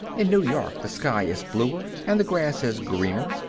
in new york the sky is bluer, and the grass is greener,